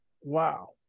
Wow